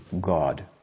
God